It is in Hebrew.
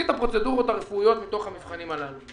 את הפרוצדורות הרפואיות מתוך המבחנים הללו,